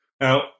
Now